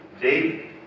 David